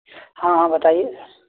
हाँ हाँ बताइये